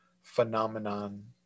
phenomenon